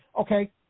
Okay